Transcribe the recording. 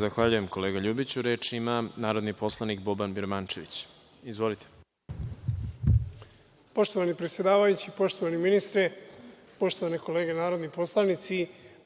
Zahvaljujem kolega Ljubiću. Reč ima narodni poslanik Boban Birmančević. Izvolite. **Boban Birmančević** Poštovani predsedavajući, poštovani ministre, poštovane kolege narodni poslanici,